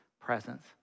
presence